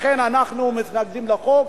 לכן אנחנו מתנגדים לחוק,